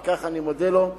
ועל כך אני מודה לו.